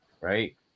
right